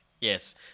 Yes